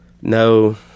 no